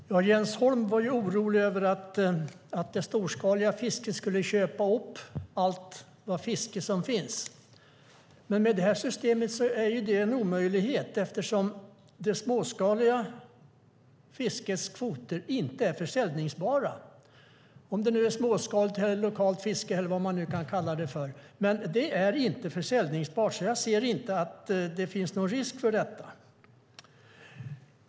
Herr talman! Jens Holm var orolig över att det storskaliga fisket skulle köpa upp allt fiske som finns. Men det är en omöjlighet med det här systemet eftersom det småskaliga fiskets kvoter inte är säljbara. Det småskaliga eller lokala fisket, vad man nu kallar det för, är inte säljbart. Jag kan inte se att det finns någon risk för detta.